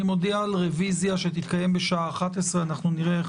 אני מודיע על רביזיה שתתקיים בשעה 11:00. אנחנו נראה איך